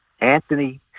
Anthony